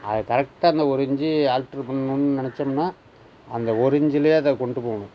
அதை கரெக்டாக அந்த ஒரு இன்ச்சி ஆல்ட்ரு பண்ணணுன்னு நெனைச்சம்னா அந்த ஒரு இன்ச்சிலையே அதை கொண்டு போகணும்